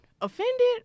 offended